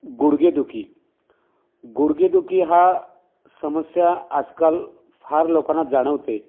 गुडघेदुखी गुडघेदुखी हा समस्या आजकाल फार लोकांना जाणवते